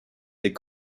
les